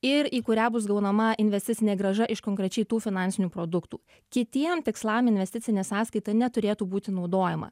ir į kurią bus gaunama investicinė grąža iš konkrečiai tų finansinių produktų kitiem tikslam investicinė sąskaita neturėtų būti naudojama